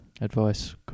Advice